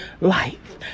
Life